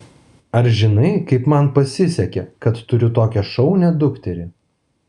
ar žinai kaip man pasisekė kad turiu tokią šaunią dukterį